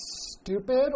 stupid